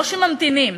לא כשממתינים.